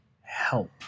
help